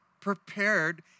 prepared